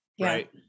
Right